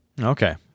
Okay